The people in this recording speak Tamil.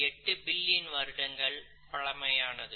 8 பில்லியன் வருடங்கள் பழமையானது